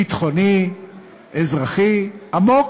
ביטחוני ואזרחי עמוק,